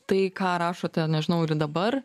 tai ką rašote nežinau ir dabar